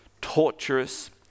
Torturous